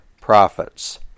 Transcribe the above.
profits